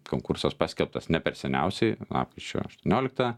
konkursas paskelbtas ne per seniausiai lapkričio aštuonioliktą